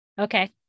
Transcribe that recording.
Okay